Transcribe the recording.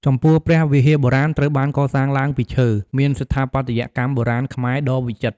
ចំពោះព្រះវិហារបុរាណ ត្រូវបានកសាងឡើងពីឈើ មានស្ថាបត្យកម្មបុរាណខ្មែរដ៏វិចិត្រ ។